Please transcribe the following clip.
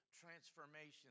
Transformation